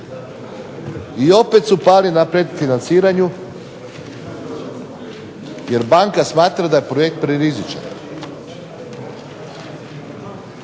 i opet su pali na predfinanciranju jer banka smatra da je projekt prerizičan.